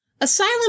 Asylum